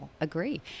agree